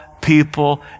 people